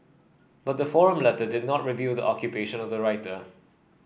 but the forum letter did not reveal the occupation of the writer